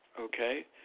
Okay